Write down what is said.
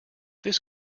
this